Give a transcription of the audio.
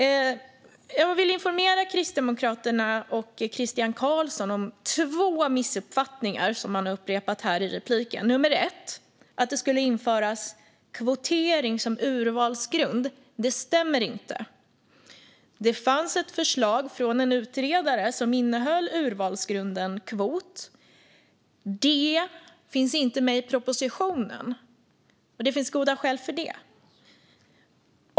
Jag vill korrigera två missuppfattningar som Kristdemokraternas Christian Carlsson upprepade i sin replik. För det första stämmer det inte att kvotering införs som urvalsgrund. Det fanns ett utredningsförslag som innehöll urvalsgrunden kvot. Men den finns inte med i propositionen, och det finns goda skäl för det.